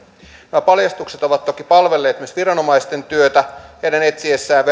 nämä paljastukset ovat toki palvelleet myös viranomaisten työtä heidän etsiessään